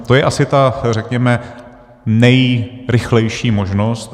To je asi ta, řekněme, nejrychlejší možnost.